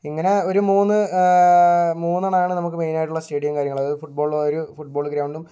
ഇങ്ങനെ ഒരു മൂന്ന് മൂന്നെണ്ണമാണ് നമുക്ക് മെയ്നായിട്ടുള്ള സ്റ്റേഡിയവും കാര്യങ്ങളും അത് ഫൂട്ബോൾ ഒരു ഫൂട്ബോൾ ഗ്രൗണ്ടും